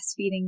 breastfeeding